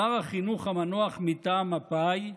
שר החינוך המנוח מטעם מפא"י,